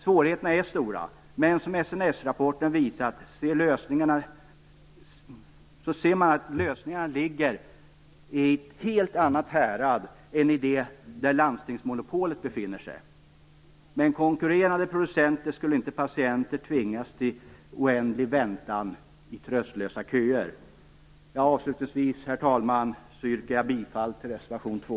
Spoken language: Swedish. Svårigheterna är stora men man ser, som SNS-rapporten visat, att lösningarna ligger i ett helt annat härad än det landstingsmonopolet befinner sig i. Med konkurrerande producenter skulle inte patienter tvingas till oändlig väntan i tröstlösa köer. Avslutningsvis, herr talman, yrkar jag bifall till reservation 2.